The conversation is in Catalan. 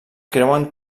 creuen